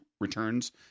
returns